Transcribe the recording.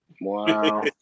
Wow